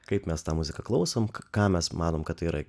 kaip mes tą muziką klausok ką mes manom kad tai yra